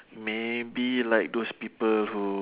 maybe like those people who